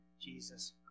Jesus